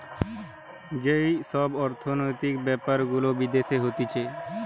যেই সব অর্থনৈতিক বেপার গুলা বিদেশে হতিছে